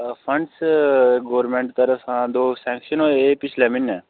funds government तरफा दो sanction होए हे पिछले म्हीनै